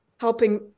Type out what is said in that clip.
helping